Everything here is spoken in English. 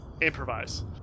Improvise